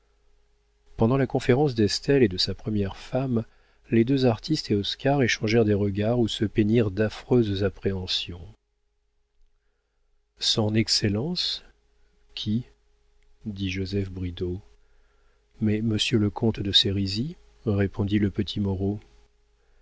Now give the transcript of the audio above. pendant la conférence d'estelle et de sa première femme les deux artistes et oscar échangèrent des regards où se peignirent d'affreuses appréhensions son excellence qui dit joseph bridau mais monsieur le comte de sérisy répondit le petit moreau